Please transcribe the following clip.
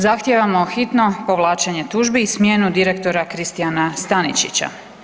Zahtijevamo hitno povlačenje tužbi i smjenu direktora Kristjana Staničića.